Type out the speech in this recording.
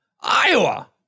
Iowa